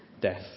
death